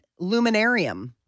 Luminarium